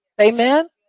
Amen